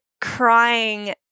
crying